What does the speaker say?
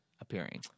appearing